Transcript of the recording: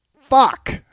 Fuck